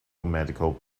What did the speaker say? medical